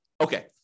Okay